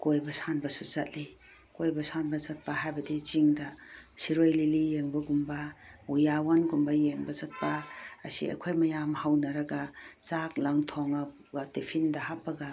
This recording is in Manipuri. ꯀꯣꯏꯕ ꯁꯥꯟꯕꯁꯨ ꯆꯠꯂꯤ ꯀꯣꯏꯕ ꯁꯥꯟꯕ ꯆꯠꯄ ꯍꯥꯏꯕꯗꯤ ꯆꯤꯡꯗ ꯁꯤꯔꯣꯏ ꯂꯤꯂꯤ ꯌꯦꯡꯕꯒꯨꯝꯕ ꯎꯌꯥꯌꯣꯟꯒꯨꯝꯕ ꯌꯦꯡꯕ ꯆꯠꯄ ꯑꯁꯤ ꯑꯩꯈꯣꯏ ꯃꯌꯥꯝ ꯍꯧꯅꯔꯒ ꯆꯥꯛ ꯂꯥꯡ ꯊꯣꯡꯉꯒ ꯇꯤꯐꯤꯟꯗ ꯍꯥꯞꯄꯒ